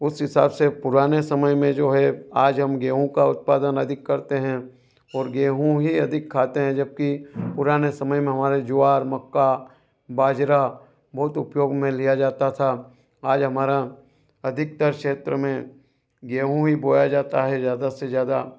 उस हिसाब से पुराने समय में जो है आज हम गेहूँ का उत्पादन अधिक करते हैं और गेहूँ ही अधिक खाते हैं जबकि पुराने समय में हमारे ज्वार मक्का बाजरा बहुत उपयोग में लिया जाता था आज हमारा अधिकतर क्षेत्र में गेहूँ ही बोया जाता है ज़्यादा से ज़्यादा